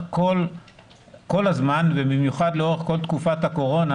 כל הזמן ובמיוחד לאורך כל תקופת הקורונה.